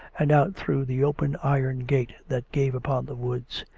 and out through the open iron gate that gave upon the woods.